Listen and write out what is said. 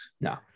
No